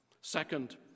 Second